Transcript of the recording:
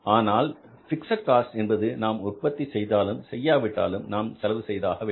ஆனால் fixed cost என்பது நாம் உற்பத்தி செய்தாலும் செய்யாவிட்டாலும் நாம் செலவு செய்தாக வேண்டும்